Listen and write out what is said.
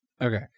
Okay